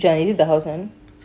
ya is it the house [one]